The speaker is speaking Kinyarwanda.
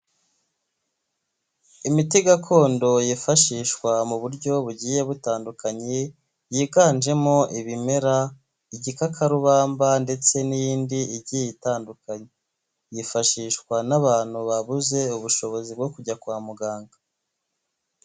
Imiti gakondo yifashishwa mu buryo bugiye butandukanye yiganjemo ibimera, igikakarubamba ndetse n'iyindi igiye itandukanye yifashishwa n'abantu babuze ubushobozi bwo kujya kwa muganga.